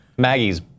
Maggie's